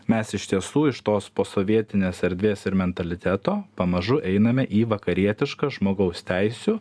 mes iš tiesų iš tos posovietinės erdvės ir mentaliteto pamažu einame į vakarietišką žmogaus teisių